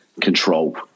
control